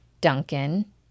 Duncan